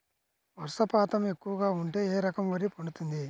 వర్షపాతం ఎక్కువగా ఉంటే ఏ రకం వరి పండుతుంది?